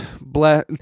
bless